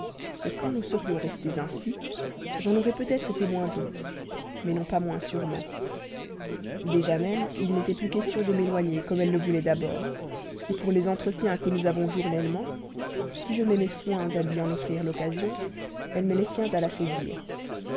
choses quand nous serions restés ainsi j'en aurais peut-être été moins vite mais non pas moins sûrement déjà même il n'était plus question de m'éloigner comme elle le voulait d'abord pour les entretiens que nous avons journellement si je mets mes soins à lui en offrir l'occasion elle met les siens à la saisir